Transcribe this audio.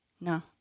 No